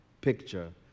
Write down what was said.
picture